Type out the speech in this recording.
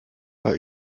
bei